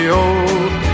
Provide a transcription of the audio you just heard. old